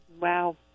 Wow